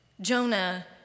Jonah